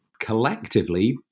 collectively